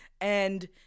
and-